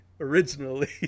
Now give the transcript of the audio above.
originally